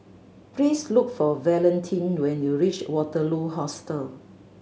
please look for Valentin when you reach Waterloo Hostel